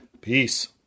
Peace